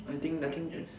I think I think